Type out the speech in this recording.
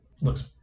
looks